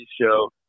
show